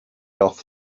off